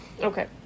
okay